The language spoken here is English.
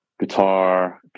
guitar